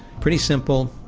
pretty simple,